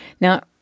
Now